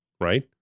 right